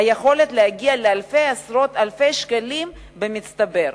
היכולות להגיע לעשרות אלפי שקלים במצטבר.